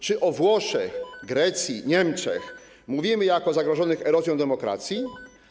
Czy o Włoszech, Grecji, Niemczech mówimy jak o zagrożonych erozją demokracji?